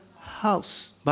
house